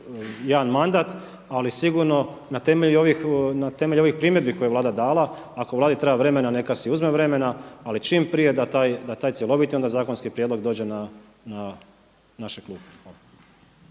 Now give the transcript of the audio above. jedan mandat ali sigurno na temelju ovih primjedbi koje je Vlada dala, ako Vladi treba vremena neka si uzme vremena ali čim prije da taj cjeloviti onda zakonski prijedlog dođe na naše klupe.